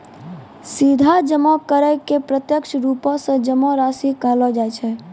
सीधा जमा करै के प्रत्यक्ष रुपो से जमा राशि कहलो जाय छै